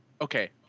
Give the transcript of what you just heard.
Okay